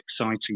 exciting